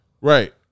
right